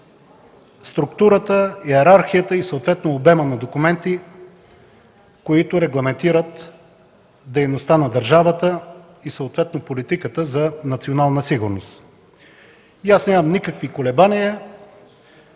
структурата, йерархията и съответно обемът на документи, които регламентират дейността на държавата и съответно – политиката за национална сигурност. Нямам никакви колебания,